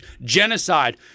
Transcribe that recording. genocide